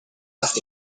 left